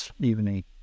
evening